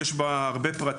כפי שהוצג פה יש בה הרבה פרטים.